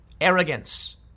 arrogance